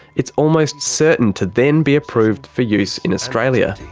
it's almost certain to then be approved for use in australia.